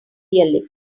yelling